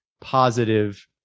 positive